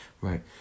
right